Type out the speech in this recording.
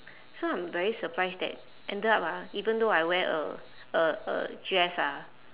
so I'm very surprised that ended up ah even though I wear a a a dress ah